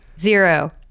Zero